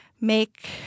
make